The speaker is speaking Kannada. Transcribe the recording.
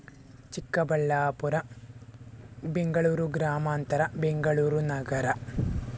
ಚಿಕ್ಕಬಳ್ಳಾಪುರ ಬೆಂಗಳೂರು ಗ್ರಾಮಾಂತರ ಬೆಂಗಳೂರು ನಗರ